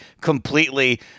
completely –